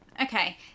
Okay